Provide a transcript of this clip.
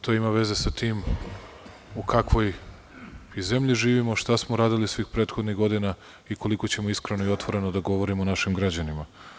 To ima veze sa tim u kakvoj zemlji živimo, šta smo radili prethodnih godina i koliko ćemo iskreno i otvoreno da govorimo o našim građanima.